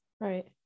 Right